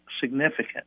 significant